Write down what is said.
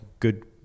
good